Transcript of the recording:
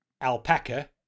Alpaca